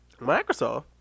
Microsoft